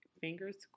Fingers